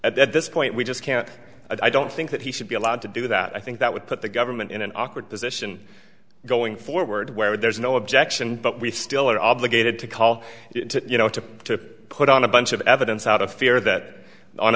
at this point we just can't i don't think that he should be allowed to do that i think that would put the government in an awkward position going forward where there's no objection but we still are obligated to call to you know to to put on a bunch of evidence out of fear that on